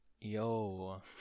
Yo